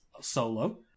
solo